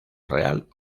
real